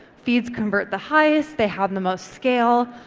feeds convert the highest, they have the most scale.